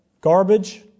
garbage